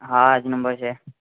હા આજ નંબર છે